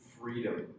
freedom